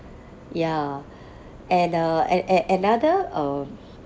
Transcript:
ya and uh and a~ another uh